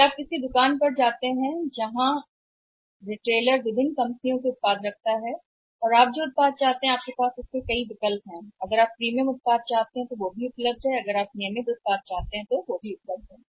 यदि आप किसी ऐसी दुकान पर जाते हैं जहाँ पर एक रिटेलर के उत्पाद हैं विभिन्न कंपनियों और आपके पास नंबर है आपके पास एक विकल्प हो सकता है कि यह उत्पाद जो आप चाहते हैं आपके पास आपके पास एक प्रीमियम उत्पाद नहीं है जो आपके पास उपलब्ध होना चाहिए नियमित उत्पाद भी उपलब्ध है